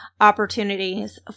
opportunities